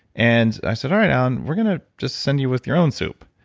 and i said, all right allan, we're going to just send you with your own soup.